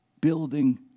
building